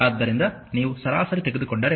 ಆದ್ದರಿಂದ ನೀವು ಸರಾಸರಿ ತೆಗೆದುಕೊಂಡರೆ